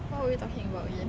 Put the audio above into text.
of course lah but